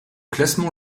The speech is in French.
classement